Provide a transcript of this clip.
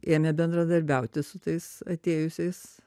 ėmė bendradarbiauti su tais atėjusiais